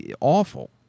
awful